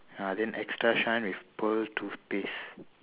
uh then extra shine with pearl toothpaste